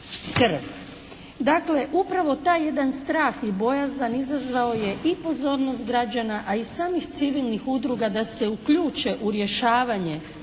Dakle, upravo taj jedan strah i bojazan izazvao je i pozornost građana a i samih civilnih udruga da se uključe u rješavanje